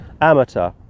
amateur